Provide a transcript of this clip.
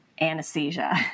anesthesia